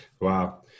Wow